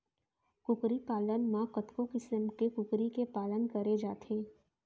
कुकरी पालन म कतको किसम के कुकरी के पालन करे जाथे